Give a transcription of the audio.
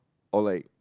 or like